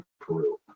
Peru